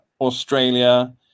Australia